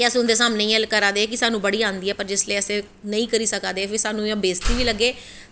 कि अस उंदे सामनें इयां करा दे हे कि साह्नू बड़ी आंदी ऐ पर जिसलै नेंई करी सका दे हे ते फिर साह्नू इयां बेश्ती बी लग्गै